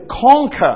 conquer